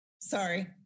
Sorry